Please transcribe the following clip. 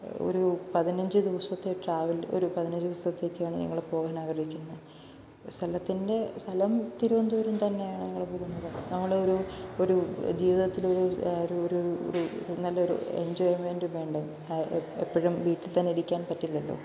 ഒരു പതിനഞ്ച് ദിവസത്തെ ട്രാവൽ ഒരു പതിനഞ്ച് ദിവസത്തേക്കാണ് ഞങ്ങള് പോകാൻ ആഗ്രഹിക്കുന്നെ സ്ഥലത്തിൻ്റെ സ്ഥലം തിരുവന്തപുരം തന്നെയാണ് ഞങ്ങള് പോകുന്നത് ഞങ്ങള് ഒരു ഒരു ജീവിത്തിലെ ഒരു ഒരു ഒരു നല്ല ഒരു എൻജോയ്മെൻറ്റ് വേണ്ടേ എപ്പോഴും വീട്ടിൽ തന്നെ ഇരിക്കാൻ പറ്റില്ലല്ലോ